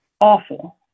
awful